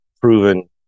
proven